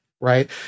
right